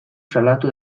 salatu